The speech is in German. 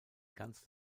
ganz